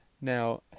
Now